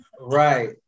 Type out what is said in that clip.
Right